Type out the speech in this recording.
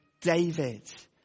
David